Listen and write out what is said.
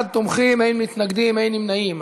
41 תומכים, אין מתנגדים ואין נמנעים.